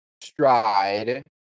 stride